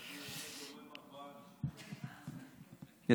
כשהוא עומד לא רואים ארבעה אנשים.